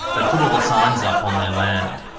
they put all the signs up on their land.